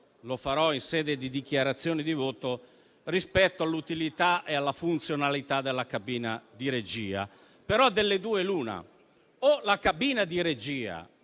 (lo farò in sede di dichiarazione di voto finale) rispetto all'utilità e alla funzionalità della cabina di regia, però delle due l'una: o la cabina di regia